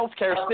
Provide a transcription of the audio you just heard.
healthcare